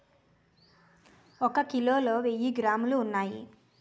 ఒక కిలోలో వెయ్యి గ్రాములు ఉన్నాయి